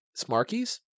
Smarkies